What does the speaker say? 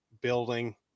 building